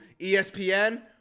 ESPN